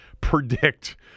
predict